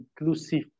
inclusive